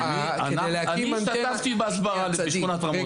אני השתתפתי בהסברה בשכונת רמות.